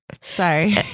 Sorry